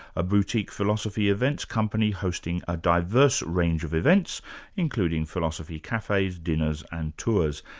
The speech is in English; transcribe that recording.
a boutique philosophy events company hosting a diverse range of events including philosophy cafe, dinners and tours.